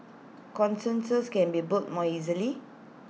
consensus can be built more easily